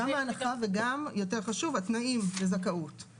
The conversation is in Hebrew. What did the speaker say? גם ההנחה וגם התנאים לזכאות, שזה יותר חשוב.